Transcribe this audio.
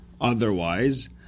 otherwise